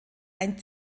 ein